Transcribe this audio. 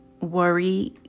worry